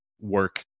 work